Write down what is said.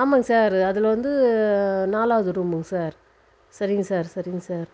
ஆமாங்க சார் அதில் வந்து நாலாவது ரூமுங்கள் சார் சரிங்க சார் சரிங்கள் சார்